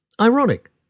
Ironic